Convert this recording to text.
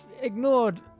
ignored